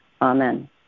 Amen